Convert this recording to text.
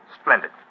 Splendid